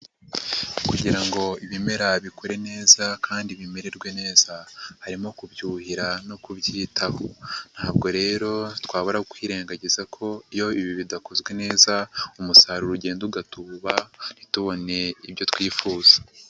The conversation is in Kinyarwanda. kugira ngo ibimera bikure neza kandi bimererwe neza harimo kubyuhira no kubyitaho, ntabwo rero twabura kwirengagiza ko iyo ibi bidakozwe neza umusaruro ugenda ugatuba ntitubone ibyo twifuza.